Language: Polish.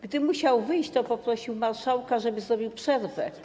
Gdy musiał wyjść, to poprosił marszałka, by zrobił przerwę.